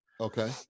Okay